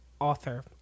author